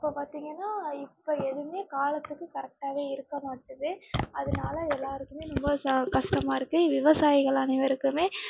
இப்போ பார்த்திங்கனா இப்போ எதுவுமே காலத்துக்கு கரெக்டாக இருக்கமாட்டுது அதனால எல்லோருக்குமே ரொம்ப கஷ்டமாக இருக்கு விவசாயிகள் அனைவருக்கும்